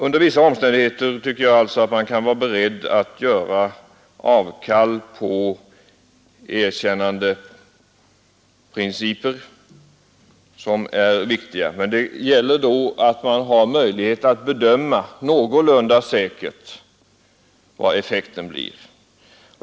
Under vissa omständigheter tycker jag alltså att man kan vara beredd att göra avkall på principer som är viktiga — om det man vill uppnå är tillräckligt väsentligt men det gäller då att man har möjlighet att någorlunda säkert bedöma vad effekten blir.